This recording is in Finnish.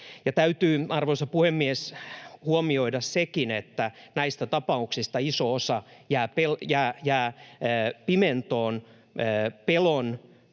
täytyy, arvoisa puhemies, huomioida sekin, että näistä tapauksista iso osa jää pimentoon perheen